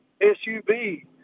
SUV